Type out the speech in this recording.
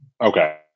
Okay